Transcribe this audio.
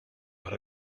but